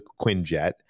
Quinjet